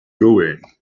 going